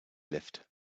lift